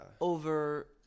over